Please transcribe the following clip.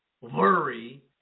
worry